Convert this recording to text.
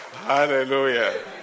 Hallelujah